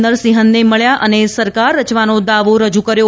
નરસિંહનને મળ્યા અને સરકાર રચવાનો દાવો રજૂ કર્યો